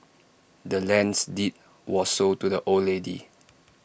the land's deed was sold to the old lady